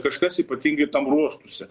kažkas ypatingai tam ruoštųsi